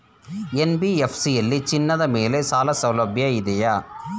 NBFC ಯಲ್ಲಿ ಚಿನ್ನದ ಮೇಲೆ ಸಾಲಸೌಲಭ್ಯ ಇದೆಯಾ?